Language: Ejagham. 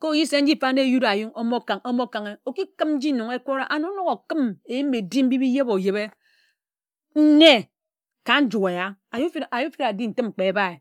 ka oyi se nji mfa na eyud-a-ayun̄ ōmo kāk omo kānghe oki kim nji nnon ekora and onok okim eyim edim mbibi iyede-oyede nne ka nju éya ayim fene adi ntim kpe ebae.